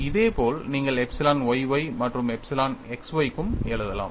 இதேபோல் நீங்கள் epsilon y y மற்றும் எப்சிலன் x y க்கும் எழுதலாம்